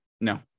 No